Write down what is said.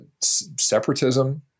separatism